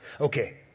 Okay